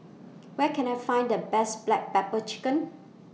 Where Can I Find The Best Black Pepper Chicken